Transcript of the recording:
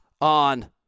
on